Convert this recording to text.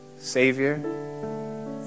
Savior